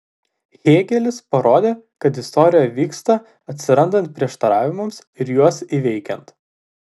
hėgelis parodė kad istorija vyksta atsirandant prieštaravimams ir juos įveikiant